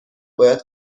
باید